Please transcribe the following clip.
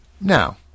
now